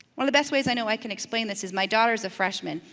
one of the best ways i know i can explain this is my daughter's a freshmen,